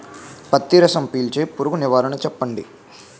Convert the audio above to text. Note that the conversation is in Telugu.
పత్తి రసం పీల్చే పురుగు నివారణ చెప్పండి?